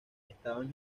estaban